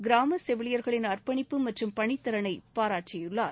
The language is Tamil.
கிராம செவிலியர்களின் அர்ப்பணிப்பு மற்றும் பணித் திறனை பாராட்டியுள்ளார்